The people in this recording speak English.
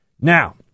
Now